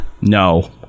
No